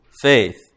faith